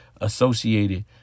associated